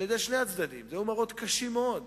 אלה היו מראות קשים מאוד,